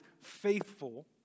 faithful